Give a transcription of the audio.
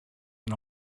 and